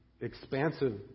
expansive